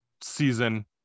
season